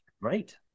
Right